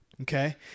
Okay